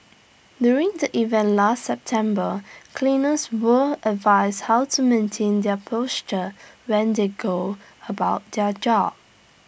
during the event last September cleaners were advised how to maintain their posture when they go about their job